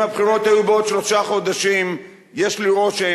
אם הבחירות היו בעוד שלושה חודשים יש לי רושם